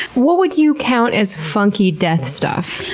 what would you count as funky death stuff?